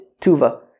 tuva